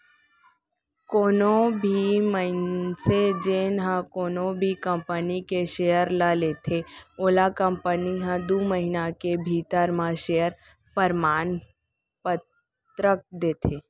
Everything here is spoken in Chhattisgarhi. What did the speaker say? कोनो भी मनसे जेन ह कोनो भी कंपनी के सेयर ल लेथे ओला कंपनी ह दू महिना के भीतरी म सेयर परमान पतरक देथे